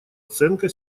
оценка